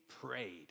prayed